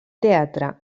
teatre